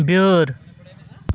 بیٲر